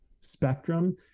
spectrum